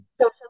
social